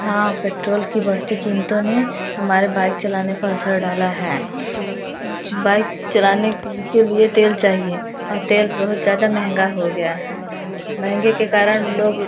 हाँ पेट्रोल की बढ़ती कीमतों ने हमारे बाइक चलाने पर असर डाला है बाइक चलाने के लिए तेल चाहिए और तेल बहुत ज़्यादा महँगा हो गया है महँगे के कारण लोग